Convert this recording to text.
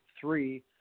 three